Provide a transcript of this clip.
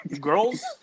Girls